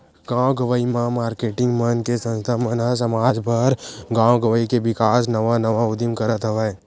गाँव गंवई म मारकेटिंग मन के संस्था मन ह समाज बर, गाँव गवई के बिकास नवा नवा उदीम करत हवय